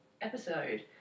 episode